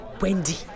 Wendy